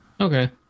Okay